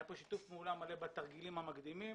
היה פה שיתוף פעולה מלא בתרגילים המקדימים